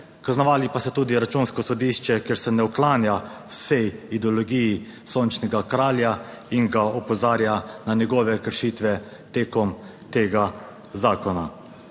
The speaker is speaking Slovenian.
kaznovali pa ste tudi Računsko sodišče, ker se ne uklanja vsej ideologiji sončnega kralja in ga opozarja na njegove kršitve tekom tega zakona.